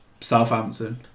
Southampton